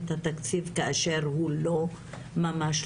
לקוחות,